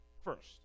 first